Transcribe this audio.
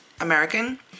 American